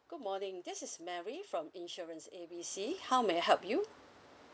good morning this is mary from insurance A B C how may I help you